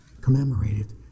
commemorated